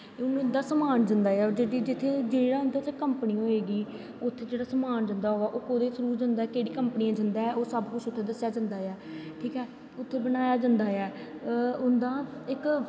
हून उं'दा समान जंदा ऐ जित्थैं कंपनी होए गी उत्थें जेह्ड़ा समान जंदा होग ओह् केह्दे थ्रू जंदा होग केह्ड़ी कंपनी दा जंदा ऐ ओह् सब कुछ उत्थै दस्सेआ जंदा ऐ ठीक ऐ उत्थै बनाया जंदा ऐ उं'दा इक